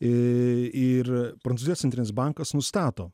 ir prancūzijos centrinis bankas nustato